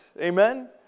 Amen